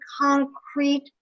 concrete